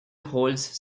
holds